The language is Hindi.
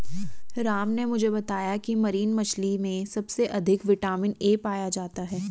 राम ने मुझे बताया की मरीन मछली में सबसे अधिक विटामिन ए पाया जाता है